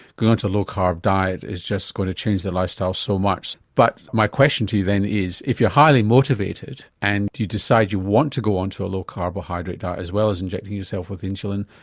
onto a low carb diet is just going to change their lifestyle so much. but my question to you then is if you are highly motivated and you decide you want to go onto a low carbohydrate diet as well as injecting yourself with insulin,